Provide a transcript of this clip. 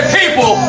people